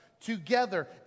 together